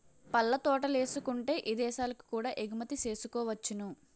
పళ్ళ తోటలేసుకుంటే ఇదేశాలకు కూడా ఎగుమతి సేసుకోవచ్చును